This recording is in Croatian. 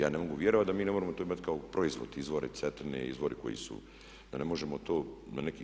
Ja ne mogu vjerovati da mi ne možemo to imati kao proizvod izvori Cetine, izvori koji su, da ne možemo to na neki.